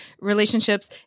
relationships